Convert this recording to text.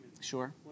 Sure